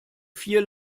vier